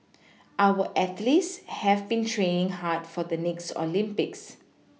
our athletes have been training hard for the next Olympics